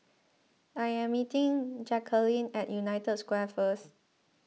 I am meeting Jacalyn at United Square first